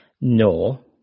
No